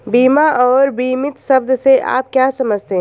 बीमा और बीमित शब्द से आप क्या समझते हैं?